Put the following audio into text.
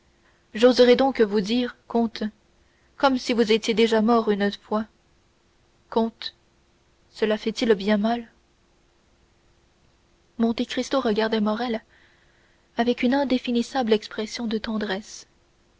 j'oserai donc vous dire comte comme si vous étiez déjà mort une fois comte cela fait-il bien mal monte cristo regardait morrel avec une indéfinissable expression de tendresse